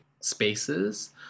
spaces